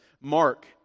Mark